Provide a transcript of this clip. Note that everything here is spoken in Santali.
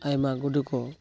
ᱟᱭᱢᱟ ᱜᱩᱰᱩ ᱠᱚ